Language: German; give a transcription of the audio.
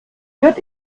wird